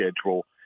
schedule